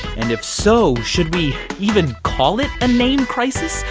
and if so, should we even call it a name crisis,